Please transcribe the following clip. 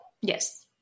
Yes